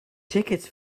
tickets